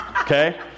Okay